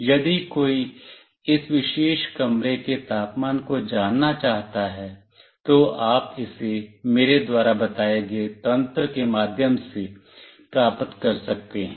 यदि कोई इस विशेष कमरे के तापमान को जानना चाहता है तो आप इसे मेरे द्वारा बताए गए तंत्र के माध्यम से प्राप्त कर सकते हैं